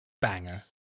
banger